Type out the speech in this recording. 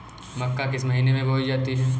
मक्का किस महीने में बोई जाती है?